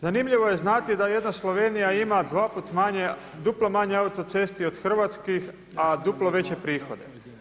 Zanimljivo je znati da jedna Slovenija ima dva put manje, duplo manje autocesti od Hrvatske, a duplo veće prihode.